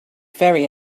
very